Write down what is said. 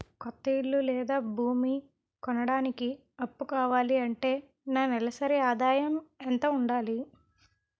కొత్త ఇల్లు లేదా భూమి కొనడానికి అప్పు కావాలి అంటే నా నెలసరి ఆదాయం ఎంత ఉండాలి?